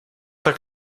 tak